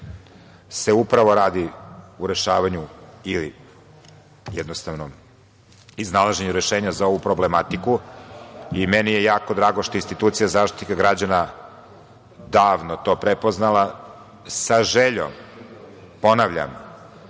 se upravo radi u rešavanju ili jednostavno iznalaženju rešenja za ovu problematiku. Meni je jako drago što je institucija Zaštitnika građana davno to prepoznala, sa željom, ponavljam,